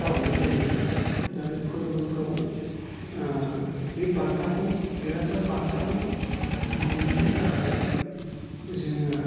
खालामनाय जायो माने फोरबोफ्राव बे बान्थाखौ देरहासार बान्थाखौ मोननो थाखाय जोङो